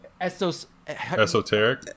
Esoteric